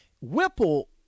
Whipple